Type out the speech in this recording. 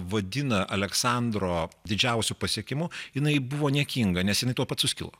vadina aleksandro didžiausiu pasiekimu jinai buvo niekinga nes jinai tuoj pat suskilo